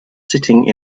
sitting